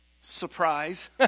Surprise